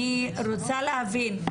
לא, אני רוצה להבין.